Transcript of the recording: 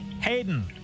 Hayden